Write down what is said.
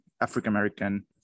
African-American